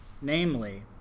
namely